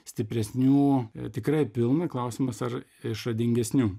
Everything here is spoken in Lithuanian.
stipresnių tikrai pilna klausimas ar išradingesnių